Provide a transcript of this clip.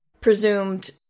presumed